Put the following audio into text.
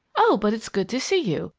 oh, but it's good to see you!